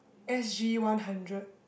S_G one hundred